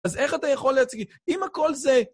אז איך אתה יכול להציג... אם הכל זה...